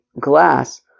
glass